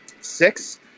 six